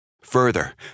further